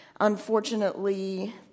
unfortunately